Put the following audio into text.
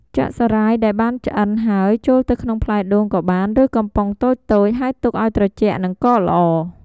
ចាក់សារាយដែលបានឆ្អិនហើយចូលទៅក្នុងផ្លែដូងក៏បាន ឬកំប៉ុងតូចៗ ហើយទុកឱ្យត្រជាក់ និងកកល្អ។